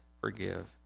forgive